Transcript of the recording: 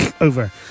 over